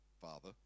father